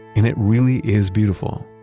and it really is beautiful.